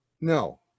no